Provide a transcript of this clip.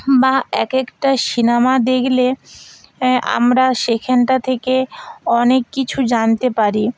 বা এক একটা সিনেমা দেখলে আমরা সেইখানটা থেকে অনেক কিছু জানতে পারি